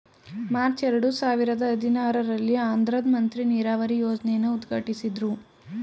March ಎರಡು ಸಾವಿರದ ಹದಿನಾರಲ್ಲಿ ಆಂಧ್ರದ್ ಮಂತ್ರಿ ನೀರಾವರಿ ಯೋಜ್ನೆನ ಉದ್ಘಾಟ್ಟಿಸಿದ್ರು